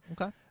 Okay